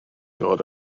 dod